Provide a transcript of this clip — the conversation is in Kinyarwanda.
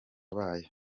bayo